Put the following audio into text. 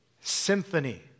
Symphony